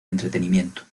entretenimiento